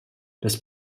das